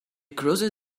crossed